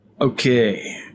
Okay